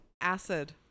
acid